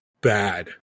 bad